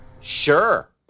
Sure